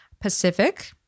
pacific